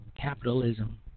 capitalism